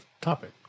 topic